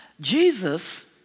Jesus